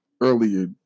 earlier